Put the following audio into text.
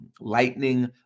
lightning